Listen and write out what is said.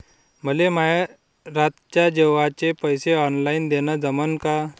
मले माये रातच्या जेवाचे पैसे ऑनलाईन देणं जमन का?